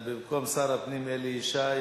במקום שר הפנים אלי ישי,